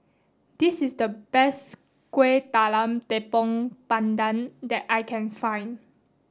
this is the best Kueh Talam Tepong Pandan that I can find